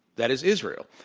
that is israel.